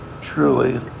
truly